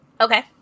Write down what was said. okay